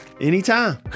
anytime